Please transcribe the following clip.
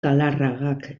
galarragak